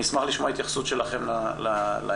נשמח לשמוע התייחסות שלכם לעניין.